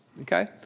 Okay